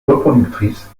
reproductrices